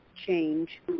change